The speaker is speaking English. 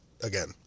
again